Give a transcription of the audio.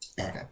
Okay